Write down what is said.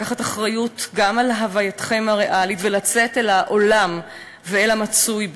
לקחת אחריות גם על הווייתכם הריאלית ולצאת אל העולם ואל המצוי בו,